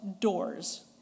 doors